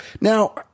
Now